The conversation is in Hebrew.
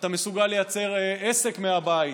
אתה מסוגל לייצר עסק מהבית.